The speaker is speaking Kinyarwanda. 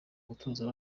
gutoza